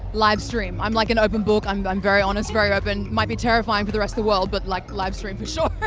live stream. i'm like an open book, i'm but i'm very honest, very open. might be terrifying for the rest of the world but like live stream for sure.